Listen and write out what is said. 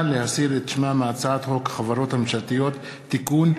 להסיר שמה מהצעת חוק החברות הממשלתיות (תיקון,